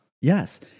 Yes